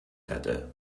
hätte